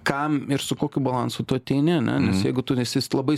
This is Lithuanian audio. kam ir su kokiu balansu tu ateini ane nes jeigu tu nesi labai